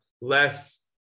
less